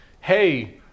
hey